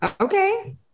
Okay